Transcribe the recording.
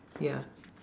ya